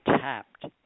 tapped